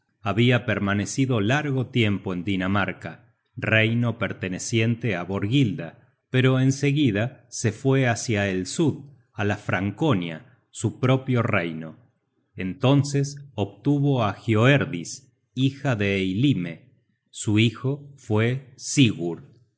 habia permanecido largo tiempo en dinamarca reino perteneciente á borghilda pero en seguida se fue hácia el sud á la franconia su propio reino entonces obtuvo á hioerdis hija de eylime su hijo fue sigurd